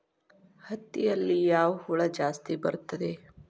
ಹತ್ತಿಯಲ್ಲಿ ಯಾವ ಹುಳ ಜಾಸ್ತಿ ಬರುತ್ತದೆ?